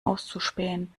auszuspähen